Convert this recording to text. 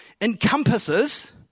encompasses